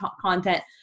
content